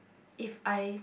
if I